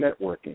networking